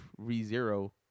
ReZero